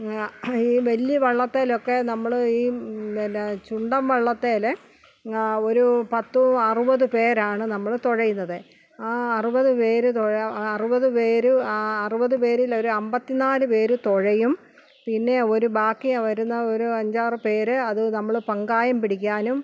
ഈ വലിയ വള്ളത്തിലൊക്കെ നമ്മൾ ഈ പിന്നെ ചുണ്ടൻ വള്ളത്തിൽ ഒരു പത്ത് അറുപത് പേരാണ് നമ്മൾ തുഴയുന്നത് ആ അറുപത് പേർ തുഴ ആ അറുപത് പേർ അറുപത് പേരിൽ ഒരു അമ്പത്തി നാല് പേർ തുഴയും പിന്നെ ഒരു ബാക്കി വരുന്ന ഒരു അഞ്ചാറ് പേർ അത് നമ്മൾ പങ്കായം പിടിക്കാനും